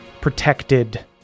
protected